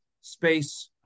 space